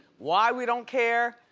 why we don't care,